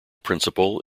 principal